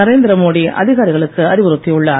நரேந்திரமோடி அதிகாரிகளுக்கு அறிவுறுத்தியுள்ளார்